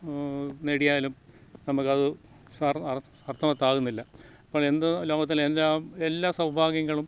നേടിയാലും നമുക്കത് സർ അർഥവത്താകുന്നില്ല അപ്പോൾ എന്ത് ലോകത്തിൽ എല്ലാം എല്ലാ സൗഭാഗ്യങ്ങളും